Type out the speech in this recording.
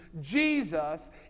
Jesus